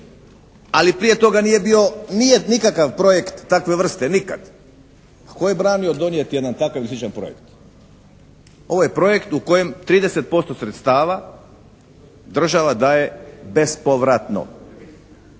Ali prije toga nije bio, nije nikakav projekt takve vrste nikad. Tko je branio jedan takav sličan projekt? Ovo je projekt u kojem 30% sredstava država daje bezpovratno.